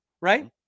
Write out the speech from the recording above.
right